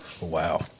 Wow